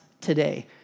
today